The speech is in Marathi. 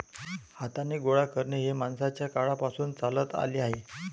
हाताने गोळा करणे हे माणसाच्या काळापासून चालत आले आहे